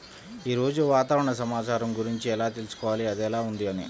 ఈరోజు వాతావరణ సమాచారం గురించి ఎలా తెలుసుకోవాలి అది ఎలా ఉంది అని?